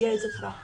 יהי זכרה ברוך.